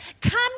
come